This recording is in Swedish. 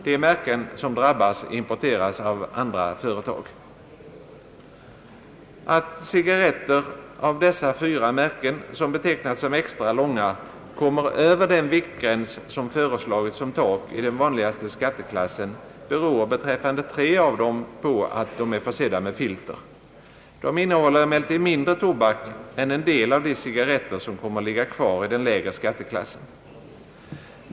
De märken som drabbas importeras av andra företag. Att cigarretter av dessa fyra märken, som betecknas som extra långa, kommer över den viktgräns som föreslagits som tak i den vanligaste skatteklassen beror beträffande tre av dem på att de är försedda med filter. De innehåller emellertid mindre tobak än en del av de cigarretter, som kommer att ligga kvar i den lägre skatteklassen.